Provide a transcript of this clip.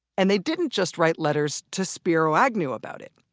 and they didn't just write letters to spiro agnew about it.